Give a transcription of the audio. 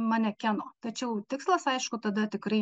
manekeno tačiau tikslas aišku tada tikrai